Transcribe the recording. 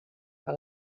que